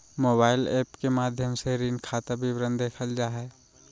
mobile app के माध्यम से ऋण खाता विवरण देखल जा हय